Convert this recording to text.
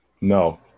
No